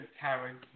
Karen